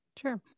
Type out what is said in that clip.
Sure